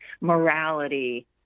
morality